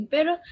Pero